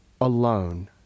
alone